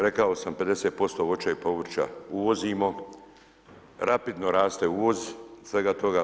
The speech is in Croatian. Rekao sam, 50% voća i povrća uvozimo, rapidno raste uvoz svega toga.